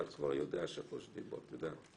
הוא לא יודע מה תמרור אדום אצלכם.